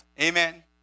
Amen